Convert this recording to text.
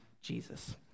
Jesus